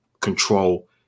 control